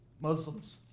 Muslims